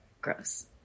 gross